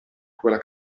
quella